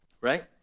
Right